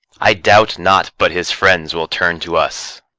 i doubt not but his friends will turn to us.